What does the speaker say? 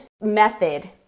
method